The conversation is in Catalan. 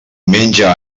menja